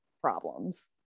problems